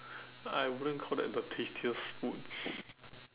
I wouldn't call that the tastiest food